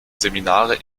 seminare